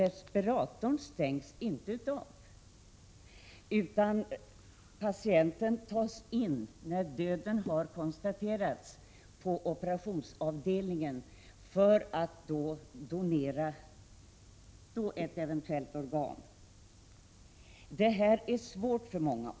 Respiratorn stängs dock inte av, utan patienten tas, när döden har konstaterats, in på operationsavdelningen för att donera ett eventuellt organ.